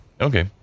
okay